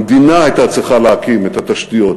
המדינה הייתה צריכה להקים את התשתיות,